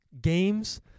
games